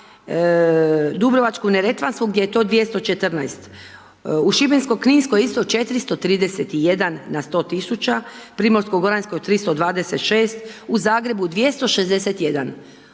Dubrovačku neretvansku gdje je to 214, u Šibenskoj kninskoj isto 431 na 100 tisuća, u Primorskoj goranskoj 326 Ako je to